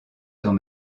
dans